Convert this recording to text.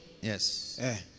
Yes